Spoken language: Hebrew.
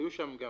היו שם גם